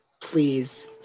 please